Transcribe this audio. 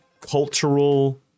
cultural